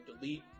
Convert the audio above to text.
delete